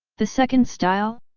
the second style?